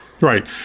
Right